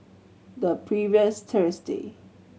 the previous Thursday